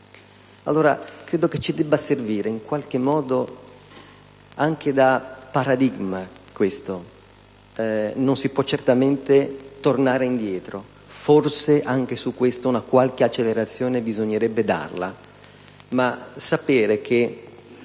che questo ci debba servire in qualche modo anche da paradigma. Non si può certamente tornare indietro, e forse anche su questo una qualche accelerazione bisognerebbe darla. Ma sapere che,